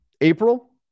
April